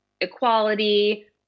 equality